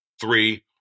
Three